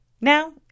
Now